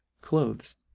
clothes